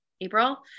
April